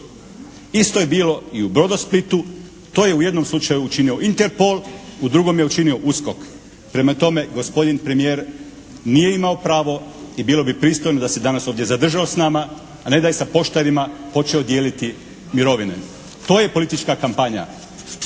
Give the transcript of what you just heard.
Isto je bilo i u "Brodosplitu", to je u jednom slučaju učinio Interpol, u drugom je učinio USKOK. Prema tome, gospodin premijer nije imao pravo i bilo bi pristojno da se danas ovdje zadržao sa nama a ne da je sa poštarima počeo dijeliti mirovine. To je politička kampanja.